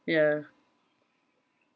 ya